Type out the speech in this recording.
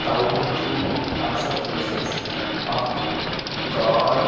تَوٕ موجوب ہَسا ٲس اسہِ اکھ کار